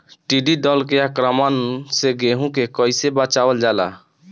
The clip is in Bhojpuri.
टिडी दल के आक्रमण से गेहूँ के कइसे बचावल जाला?